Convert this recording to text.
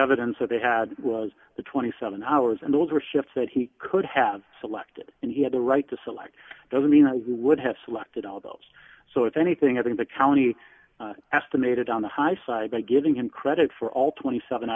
evidence that they had was the twenty seven hours and those were shifts that he could have selected and he had a right to select doesn't mean that he would have selected all those so if anything i think the county estimated on the high side by giving him credit for all twenty seven